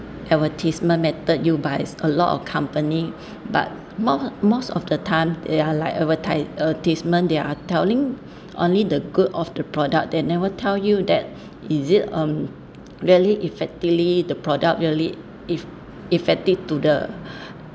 advertisement method used by a lot of company but mo~ most of the time they are like advertisement they are telling only the good of the product they never tell you that is it um really effectively the product really if effective to the